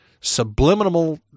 subliminal